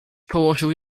położył